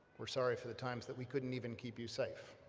we're sorry for the times that we couldn't even keep you safe